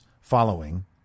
following